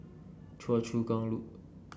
Choa Chu Kang Loop